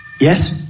Yes